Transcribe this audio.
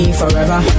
forever